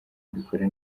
mbikora